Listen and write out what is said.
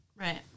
Right